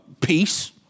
peace